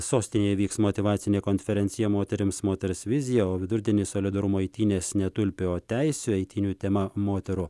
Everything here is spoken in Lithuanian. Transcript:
sostinėje vyks motyvacinė konferencija moterims moters vizija o vidurdienį solidarumo eitynės ne tulpių o teisių eitynių tema moterų